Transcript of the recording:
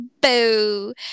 Boo